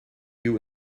you